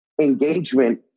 engagement